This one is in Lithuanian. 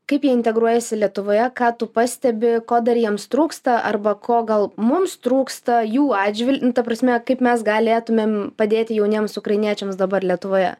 kaip jie integruojasi lietuvoje ką tu pastebi ko dar jiems trūksta arba ko gal mums trūksta jų atžvilgiu nu ta prasme kaip mes galėtumėm padėti jauniems ukrainiečiams dabar lietuvoje